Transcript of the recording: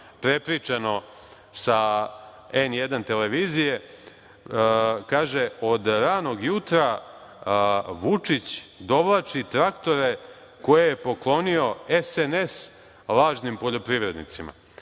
prepričano sa N1 televizije. Kaže – od ranog jutra Vučić dovlačio traktore koje je poklonio SNS lažnim poljoprivrednicima.